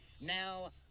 Now